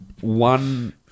One